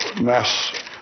mass